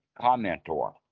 commentor